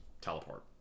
teleport